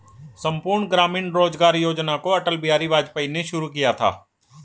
संपूर्ण ग्रामीण रोजगार योजना को अटल बिहारी वाजपेयी ने शुरू किया था